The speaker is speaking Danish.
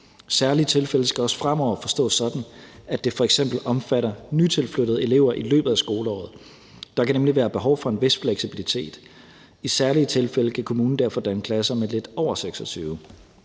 »Særlige tilfælde« skal også fremover forstås sådan, at det f.eks. omfatter nytilflyttede elever i løbet af skoleåret. Der kan nemlig være behov for en vis fleksibilitet. I særlige tilfælde kan kommunen derfor danne klasser med lidt over 26